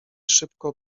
szybko